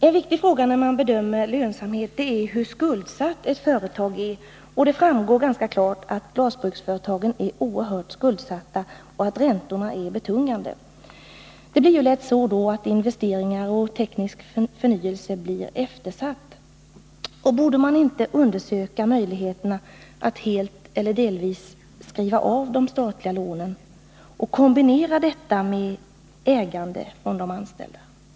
En viktig fråga när man bedömer lönsamheten är hur skuldsatt ett företag är. Det framgår ganska klart att glasbruksföretagen är oerhört skuldsatta och att räntorna är betungande. Det blir då lätt så, att investeringar och teknisk förnyelse blir eftersatta. Borde man inte undersöka möjligheterna att helt eller delvis skriva av de statliga lånen och kombinera detta med att de anställda står för ägandet.